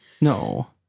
No